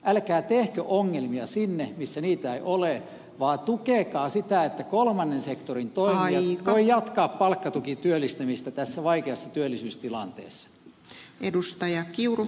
älkää tehkö ongelmia sinne missä niitä ei ole vaan tukekaa sitä että kolmannen sektorin toimijat voivat jatkaa palkkatukityöllistämistä tässä vaikeassa työllisyystilanteessa